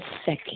second